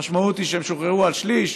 המשמעות היא שהם שוחררו על שליש,